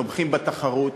תומכים בתחרות,